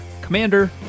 commander